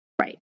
Right